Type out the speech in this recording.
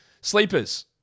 Sleepers